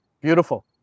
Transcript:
Beautiful